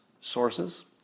sources